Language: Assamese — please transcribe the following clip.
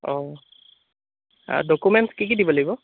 অঁ ডকুমেণ্টছ কি কি দিব লাগিব